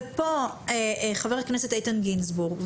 ופה אמר חבר הכנסת איתן גינזבורג,